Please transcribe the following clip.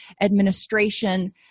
administration